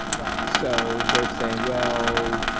so they're saying, well,